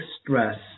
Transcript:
stress